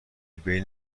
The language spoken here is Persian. بین